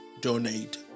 donate